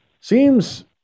Seems